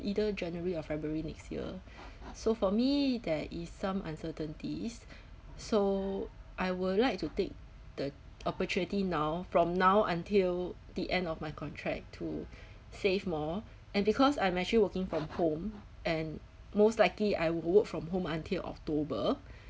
either january or february next year so for me there is some uncertainties so I would like to take the opportunity now from now until the end of my contract to save more and because I'm actually working from home and most likely I will work from home until october